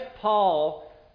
Paul